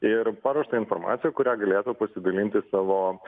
ir paruoštą informaciją kurią galėtų pasidalinti savo